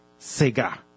Sega